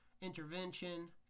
intervention